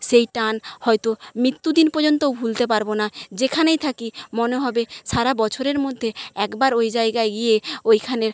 সেই টান হয়তো মৃত্যু দিন পর্যন্ত ভুলতে পারবো না যেখানেই থাকি মনে হবে সারা বছরের মধ্যে একবার ওই জায়গায় গিয়ে ওইখানের